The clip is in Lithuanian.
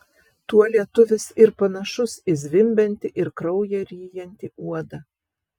tuo lietuvis ir panašus į zvimbiantį ir kraują ryjantį uodą